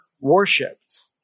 worshipped